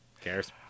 cares